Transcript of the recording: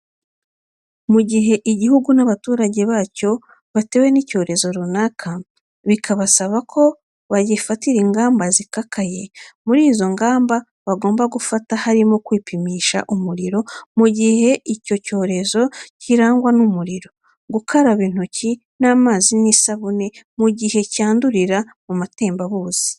Mu gihe igihugu n'abaturage bacyo batewe n'icyorezo runaka, bikabasaba ko bagifatira ingamba zikakaye, muri izo ngamba bagomba gufata harimo kwipimisha umuriro mu gihe icyo cyorezo cyirangwa n'umuriro, gukaraba intoki n'amazi meza n'isabune mu gihe cyakwandurira no mu matembabuzi.